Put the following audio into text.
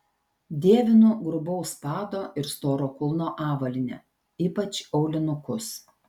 dievinu grubaus pado ir storo kulno avalynę ypač aulinukus